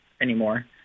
anymore